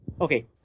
Okay